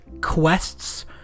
quests